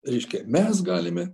reiškia mes galime